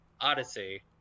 odyssey